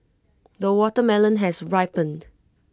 the watermelon has ripened